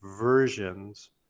versions